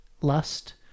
lust